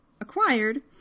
acquired